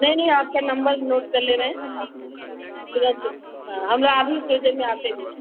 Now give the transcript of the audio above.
नहीं नहीं आपका नम्बर नोट कर ले रहे हैं तुरंत हाँ हम लोग आ अभी थोड़ी देर में आते ही हैं